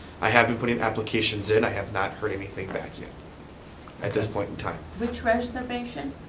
i have been putting applications in, i have not heard anything back yet at this point in time. which reservation?